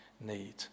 need